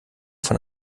von